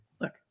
look